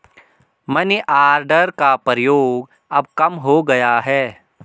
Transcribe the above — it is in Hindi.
मनीआर्डर का प्रयोग अब कम हो गया है